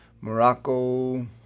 Morocco